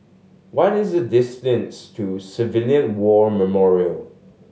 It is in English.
what is the distance to Civilian War Memorial